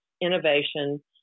innovation